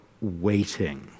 waiting